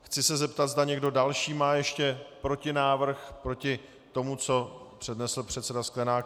Chci se zeptat, zda někdo další má ještě protinávrh proti tomu, co přednesl předseda Sklenák.